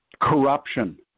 corruption